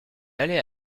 allait